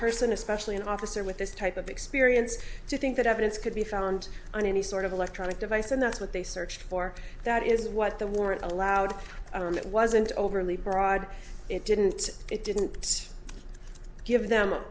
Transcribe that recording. person especially an officer with this type of experience to think that evidence could be found on any sort of electronic device and that's what they searched for that is what the warrant allowed in that wasn't overly broad it didn't it didn't give them